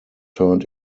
turned